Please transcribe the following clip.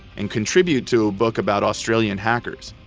and contribute to a book about australian hackers,